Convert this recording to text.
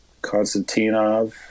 Konstantinov